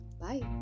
Bye